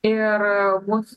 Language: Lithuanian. ir mus